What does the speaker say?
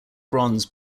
bronze